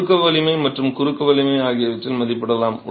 சுருக்க வலிமை மற்றும் குறுக்கு வலிமை ஆகியவற்றை மதிப்பிடலாம்